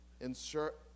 Insert